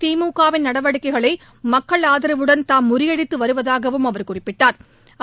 திமுக வின் நடவடிக்கைகளை மக்கள் ஆதரவுடன் தாம் முறியடித்து வருவதாகவும் அவர் குறிப்பிட்டாள்